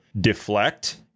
deflect